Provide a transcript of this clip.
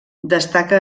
destaca